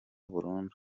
burundu